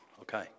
Okay